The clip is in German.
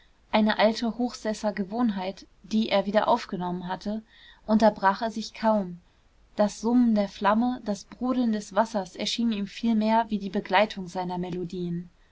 eine alte hochsesser gewohnheit die er wieder aufgenommen hatte unterbrach er sich kaum das summen der flamme das brodeln des wassers erschien ihm vielmehr wie die begleitung seiner melodien